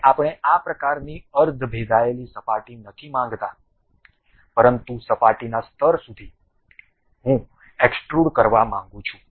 અને આપણે આ પ્રકારની અર્ધ ભેદાયેલી સપાટી નથી માંગતા પરંતુ સપાટીના સ્તર સુધી હું એક્સ્ટ્રુડ કરવા માંગું છું